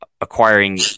acquiring